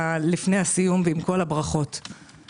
לפני הסיום ועם כל הברכות יש לי בקשה אחת.